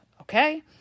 okay